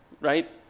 right –